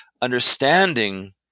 understanding